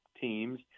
teams